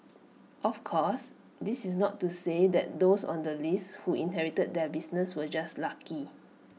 of course this is not to say that those on the list who inherited their businesses were just lucky